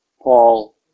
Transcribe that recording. Paul